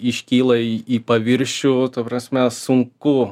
iškyla į paviršių ta prasme sunku